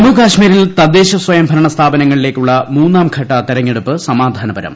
ജമ്മുകശ്മീരിൽ തദ്ദേശ സ്വയംഭരണസ്ഥാപനങ്ങളിലേക്കുള്ള മൂന്നാംഘട്ട തെരഞ്ഞെടുപ്പ് സമാധാനപരം